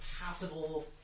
passable